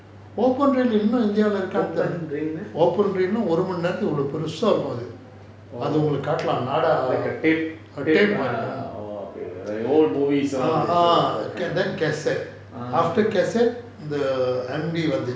open ring ah oh like a tape tape ah oh okay ah like old movies all they show that kind of ah